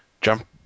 jump